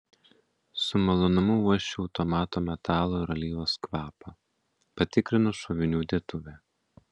su malonumu uosčiau automato metalo ir alyvos kvapą patikrinau šovinių dėtuvę